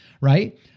Right